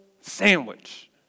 sandwich